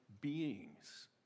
beings